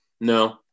No